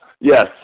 yes